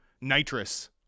nitrous